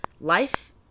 life